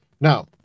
Now